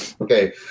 Okay